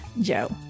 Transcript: Joe